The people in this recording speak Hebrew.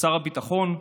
שר הביטחון,